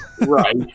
Right